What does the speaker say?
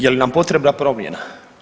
Jel nam potrebna promjena?